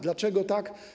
Dlaczego tak?